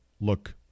look